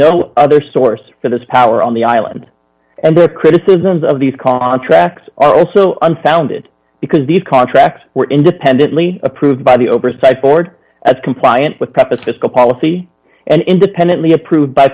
no other source for this power on the island and the criticisms of these contracts are also unfounded because these contracts were independently approved by the oversight board as compliant with practice fiscal policy and independently approved by